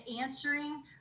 answering